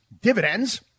dividends